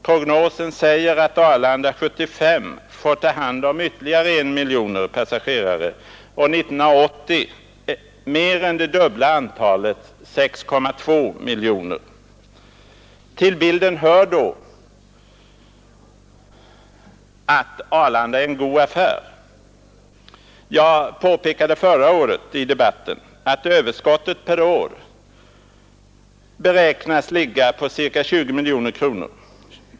Prognosen säger att Arlanda 1975 får ta hand om ytterligare 1 miljon passagerare och 1980 mer än det dubbla antalet, 6,2 miljoner. Till bilden hör att Arlanda är en god affär. Jag påpekade i debatten förra året att överskottet beräknas ligga på ca 20 miljoner kronor per år.